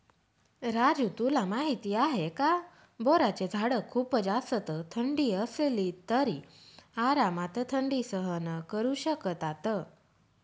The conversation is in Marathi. राजू तुला माहिती आहे का? बोराचे झाड खूप जास्त थंडी असली तरी आरामात थंडी सहन करू शकतात